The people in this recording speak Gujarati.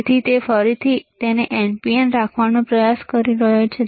તેથી તે ફરીથી તેને NPN રાખવાનો પ્રયાસ કરી રહ્યો છે